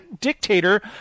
dictator